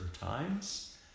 times